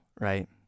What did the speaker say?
right